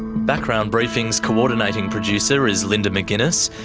background briefing's co-ordinating producer is linda mcginness,